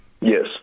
Yes